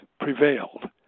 prevailed